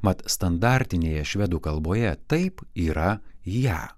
mat standartinėje švedų kalboje taip yra ją